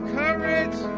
courage